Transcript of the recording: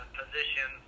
position